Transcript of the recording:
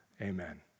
Amen